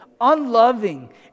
unloving